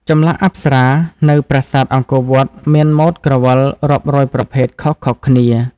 ចម្លាក់អប្សរានៅប្រាសាទអង្គរវត្តមានម៉ូដក្រវិលរាប់រយប្រភេទខុសៗគ្នា។